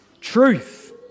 Truth